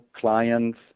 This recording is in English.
clients